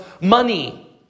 money